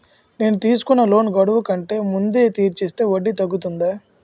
నేను తీసుకున్న లోన్ గడువు కంటే ముందే తీర్చేస్తే వడ్డీ తగ్గుతుందా?